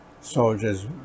soldiers